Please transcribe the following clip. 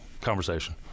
conversation